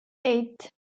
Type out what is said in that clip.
eight